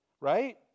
Right